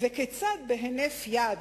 וכיצד בהינף יד,